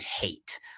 hate